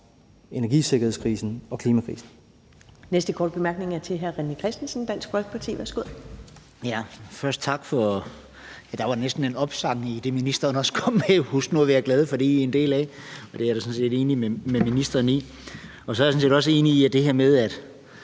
næstformand (Karen Ellemann): Næste korte bemærkning er til hr. René Christensen, Dansk Folkeparti. Værsgo. Kl. 13:57 René Christensen (DF): Først tak for det – ja, der var næsten en opsang i det, ministeren kom med: Husk nu at være glade for det, I er en del af. Og det er jeg da sådan set enig med ministeren i. Så er jeg sådan set også enig i det her med, at